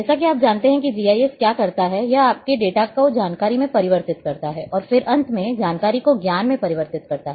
जैसा कि आप जानते हैं कि जीआईएस क्या करता है यह आपके डेटा को जानकारी में परिवर्तित करता है और फिर अंत में जानकारी को ज्ञान में परिवर्तित करता है